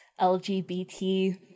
LGBT